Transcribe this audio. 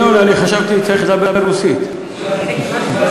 המוגרבית גם נחשבת שפה רשמית בישראל.